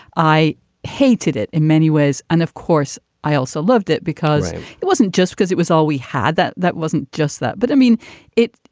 i hated it in many ways. and of course, i also loved it because it wasn't just because it was all we had that that wasn't just that. but i mean it.